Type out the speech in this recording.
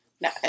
No